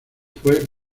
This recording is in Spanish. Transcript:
fue